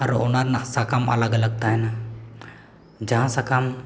ᱟᱨ ᱚᱱᱟ ᱨᱮᱱᱟᱜ ᱥᱟᱠᱟᱢ ᱟᱞᱟᱜᱽᱼᱟᱞᱟᱜᱽ ᱛᱟᱦᱮᱱᱟ ᱡᱟᱦᱟᱸ ᱥᱟᱠᱟᱢ